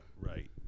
Right